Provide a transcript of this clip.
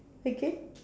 again